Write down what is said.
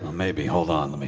maybe, hold on,